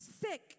sick